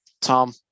Tom